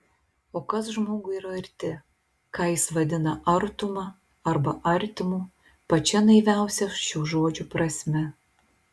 o kas žmogui yra arti ką jis vadina artuma arba artimu pačia naiviausia šių žodžių prasme